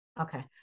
Okay